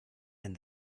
and